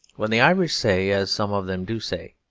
when the irish say, as some of them do say,